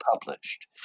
published